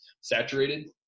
saturated